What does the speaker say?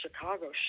Chicago